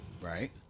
Right